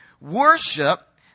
Worship